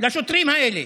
לשוטרים האלה?